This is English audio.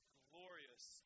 glorious